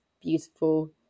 beautiful